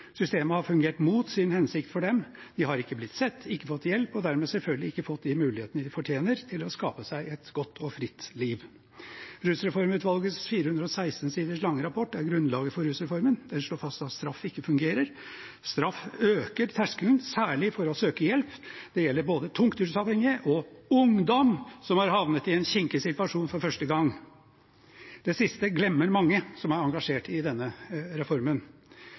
Systemet har fungert mot sin hensikt for dem. De har ikke blitt sett, ikke fått hjelp, og dermed selvfølgelig ikke fått de mulighetene de fortjener til å skape seg et godt og fritt liv. Rusreformutvalgets 416-siders lange rapport er grunnlaget for rusreformen. Den slår fast at straff ikke fungerer. Straff øker terskelen særlig for å søke hjelp, og det gjelder både tungt rusavhengige og ungdom som har havnet i en kinkig situasjon for første gang. Det siste glemmer mange som er engasjert i denne reformen.